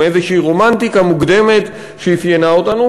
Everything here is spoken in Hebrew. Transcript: מאיזושהי רומנטיקה מוגדרת שאפיינה אותנו,